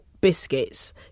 biscuits